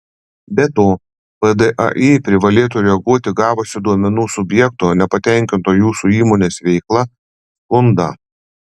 be to vdai privalėtų reaguoti gavusi duomenų subjekto nepatenkinto jūsų įmonės veikla skundą